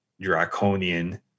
draconian